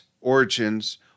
Origins